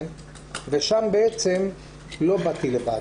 שם בעצם לא באתי לבד.